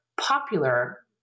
popular